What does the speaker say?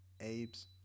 Abe's